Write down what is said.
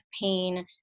pain